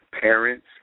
parents